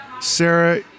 Sarah